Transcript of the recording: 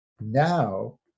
now